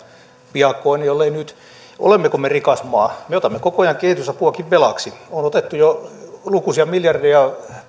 piakkoin jollei nyt olemmeko me rikas maa me otamme koko ajan kehitysapuakin velaksi on otettu jo lukuisia miljardeja